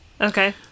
Okay